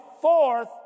fourth